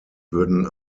würden